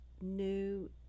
new